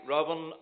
Robin